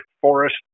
forest